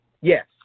yes